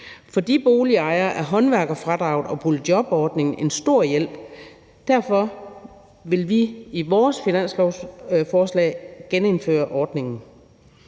For de boligejere er håndværkerfradraget og boligjobordningen en stor hjælp, og derfor vil vi i vores finanslovsforslag genindføre ordningen.